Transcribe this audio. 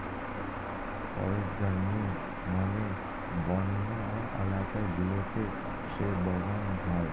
forest gardening মানে বন্য এলাকা গুলোতে যেই বাগান হয়